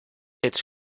its